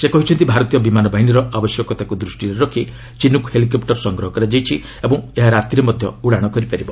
ସେ କହିଛନ୍ତି ଭାରତୀୟ ବିମାନ ବାହିନୀର ଆବଶ୍ୟକତାକୁ ଦୂଷ୍ଟିରେ ରଖି ଚିନୁକ୍ ହେଲିକପୁର ସଂଗ୍ରହ କରାଯାଇଛି ଓ ଏହା ରାତିରେ ମଧ୍ୟ ଉଡାଶ କରିପାରିବ